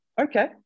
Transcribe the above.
okay